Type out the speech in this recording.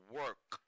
work